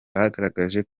bagaragaje